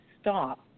stop